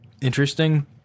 interesting